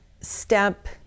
step